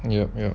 yes yes